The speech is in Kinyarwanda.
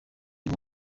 nko